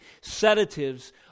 sedatives